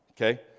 Okay